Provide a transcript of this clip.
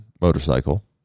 motorcycle